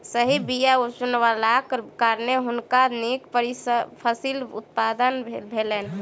सही बीया चुनलाक कारणेँ हुनका नीक फसिलक उत्पादन भेलैन